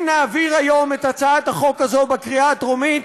אם נעביר היום את הצעת החוק הזאת בקריאה הטרומית,